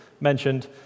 mentioned